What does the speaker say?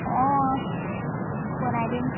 অঁ বনাই দিম